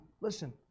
Listen